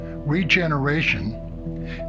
Regeneration